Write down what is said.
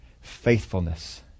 faithfulness